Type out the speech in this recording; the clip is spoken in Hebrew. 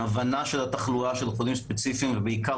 הבנה של התחלואה של החולים הספציפיים ובעיקר